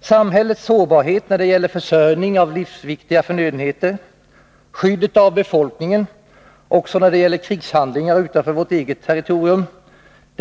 Samhällets sårbarhet när det gäller försörjning av livsviktiga förnödenheter, skyddet av befolkningen också när det gäller krigshandlingar utanför vårt eget territorium och